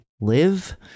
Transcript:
live